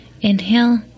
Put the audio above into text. Inhale